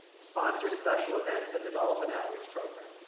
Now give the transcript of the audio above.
sponsor special events and develop an outreach program.